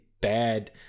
bad